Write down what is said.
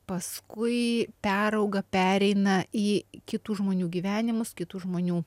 paskui perauga pereina į kitų žmonių gyvenimus kitų žmonių